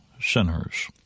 sinners